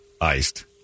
iced